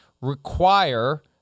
require